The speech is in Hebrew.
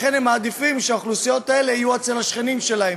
לכן הם מעדיפים שהן יהיו אצל השכנים שלהם.